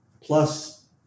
plus